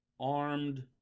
armed